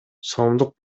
сомдук